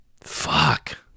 Fuck